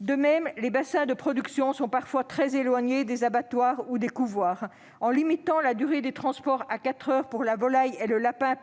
De même, les bassins de production sont parfois très éloignés des abattoirs ou des couvoirs. En limitant, par exemple, la durée des transports à quatre heures pour la volaille et le lapin,